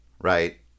Right